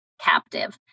captive